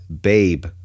babe